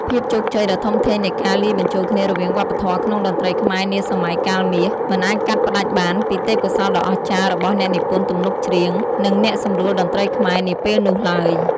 ភាពជោគជ័យដ៏ធំធេងនៃការលាយបញ្ចូលគ្នារវាងវប្បធម៌ក្នុងតន្ត្រីខ្មែរនាសម័យកាលមាស មិនអាចកាត់ផ្តាច់បានពី ទេពកោសល្យដ៏អស្ចារ្យ របស់ អ្នកនិពន្ធទំនុកច្រៀង និង អ្នកសម្រួលតន្ត្រីខ្មែរ នាពេលនោះឡើយ។